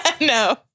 No